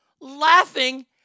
laughing